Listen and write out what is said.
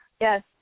Yes